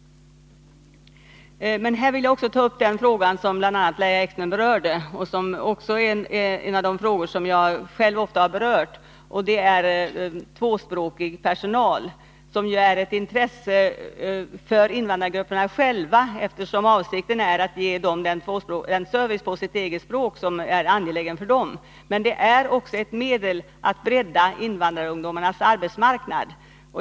Vidare vill jag ta upp den fråga som bl.a. Lahja Exner berörde och som jag själv ofta har berört, nämligen tvåspråkig personal. Den frågan är intressant för invandrargrupperna själva, eftersom avsikten är att ge dem den service på deras eget språk som är angelägen för dem. Men det är också ett medel för att bredda invandrarungdomarnas arbetsmarknad.